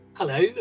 Hello